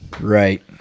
right